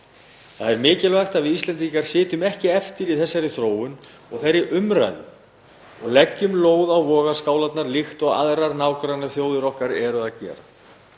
Það er mikilvægt að við Íslendingar sitjum ekki eftir í þessari þróun og þeirri umræðu og leggjum lóð á vogarskálarnar líkt og aðrar nágrannaþjóðir okkar eru að gera.